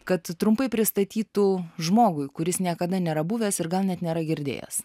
kad trumpai pristatytų žmogui kuris niekada nėra buvęs ir gal net nėra girdėjęs